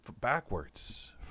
backwards